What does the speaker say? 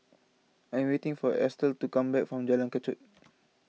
I'm waiting for Estel to come back from Jalan Kechot